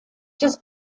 just